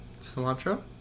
cilantro